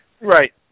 Right